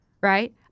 Right